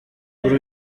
kuri